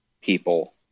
people